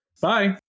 bye